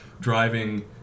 driving